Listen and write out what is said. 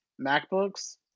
MacBooks